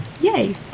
yay